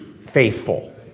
faithful